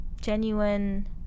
genuine